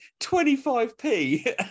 25p